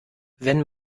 wenn